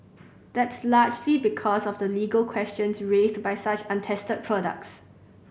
that's largely because of the legal questions raised by such untested products